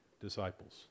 disciples